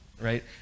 right